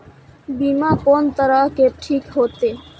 बीमा कोन तरह के ठीक होते?